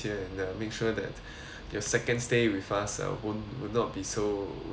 your second stay with us uh won't will not be so will not have such issues